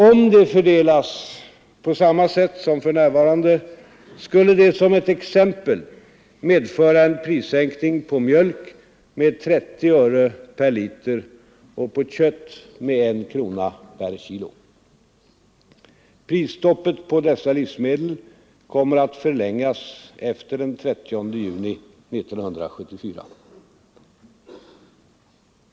Om dessa medel fördelas på samma sätt som för närvarande, skulle de som ett exempel medföra en prissänkning på mjölk med 30 öre per liter och på kött med 1 krona per kilo. Prisstoppet på dessa livsmedel kommer att förlängas efter den 30 juni 1974.